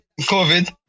COVID